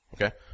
Okay